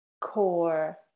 core